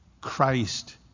Christ